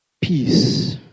Peace